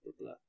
blah